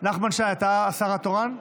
נחמן שי, אתה השר התורן.